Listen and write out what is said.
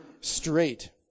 straight